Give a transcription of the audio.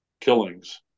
killings